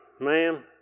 Ma'am